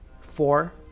four